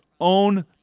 own